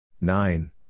Nine